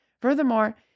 Furthermore